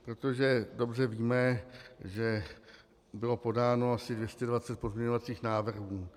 Protože dobře víme, že bylo podáno asi 220 pozměňovacích návrhů.